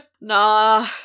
Nah